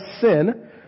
sin